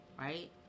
right